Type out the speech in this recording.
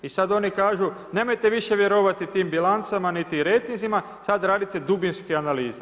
I sad oni kažu, nemojte više vjerovati tim bilancama niti rejtinzima, sad radite dubinske analize.